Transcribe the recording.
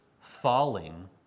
falling